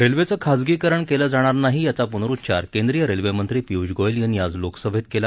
रेल्वेचं खाजगीकरण केलं जाणार नाही याचा पुनरुच्चार केंद्रीय रेल्वेमंत्री पियुष गोयल यांनी आज लोकसभेत केला